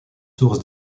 sources